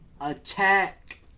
attack